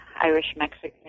Irish-Mexican